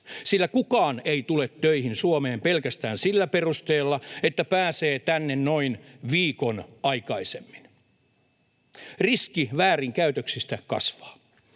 sillä kukaan ei tule töihin Suomeen pelkästään sillä perusteella, että pääsee tänne noin viikon aikaisemmin. Riski väärinkäytöksistä kasvaa.